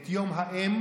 את יום האם.